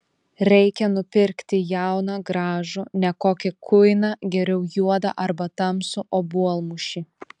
reikia nupirkti jauną gražų ne kokį kuiną geriau juodą arba tamsų obuolmušį